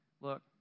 look